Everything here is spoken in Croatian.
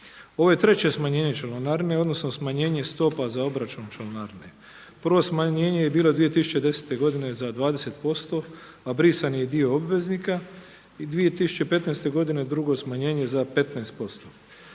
Ovo je treće smanjenje članarine odnosno smanjenje stopa za obračun članarine. Prvo smanjenje je bilo 2010. godine za 20 posto, a brisani dio obveznika, i 2015. godine drugo smanjenje za 15